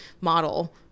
model